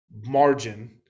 margin